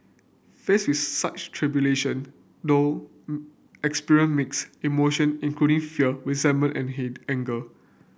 faced with such tribulation Thong experience mixed emotion including fear resentment and hit anger